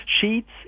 sheets